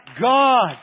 God